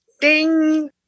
ding